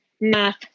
math